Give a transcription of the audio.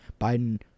Biden